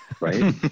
right